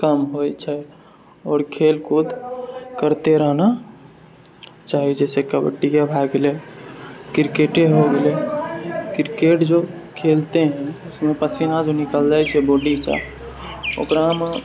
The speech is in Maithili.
कम होइ छै आओर खेलकूद करते रहना चाही जैसे कबड्डिये भए गेलै क्रिकेटे भए गेलै क्रिकेट जो खेलते हैं उसमे पसीना भी निकल जाइ छै बॉडीसँ ओकरामे